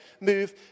move